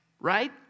right